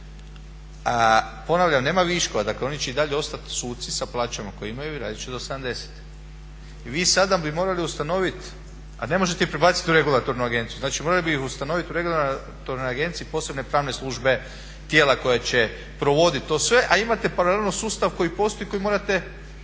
Ponavljam, nema viškova, dakle oni će i dalje ostati suci sa plaćama koje imaju i radit će do 70. Vi sada bi morali ustanoviti a ne možete ih prebaciti u regulatornu agenciju, znači morali bi ustanoviti u regulatornoj agenciji posebne pravne službe, tijela koja će provoditi to sve, a imate paralelno sustav koji postoji i koji morate